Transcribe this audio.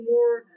More